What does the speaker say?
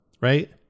right